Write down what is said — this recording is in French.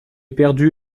perdu